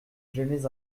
j’émets